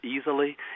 easily